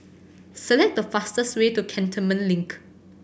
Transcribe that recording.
select the fastest way to Cantonment Link